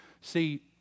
See